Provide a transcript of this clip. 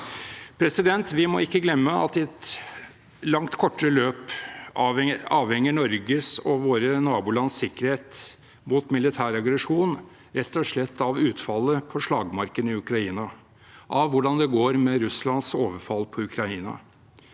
yte noe. Vi må ikke glemme at i et langt kortere løp avhenger Norges og våre nabolands sikkerhet mot militær aggresjon rett og slett av utfallet på slagmarken i Ukraina, av hvordan det går med Russlands overfall på Ukraina.